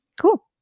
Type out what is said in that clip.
cool